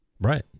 right